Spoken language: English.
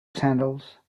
sandals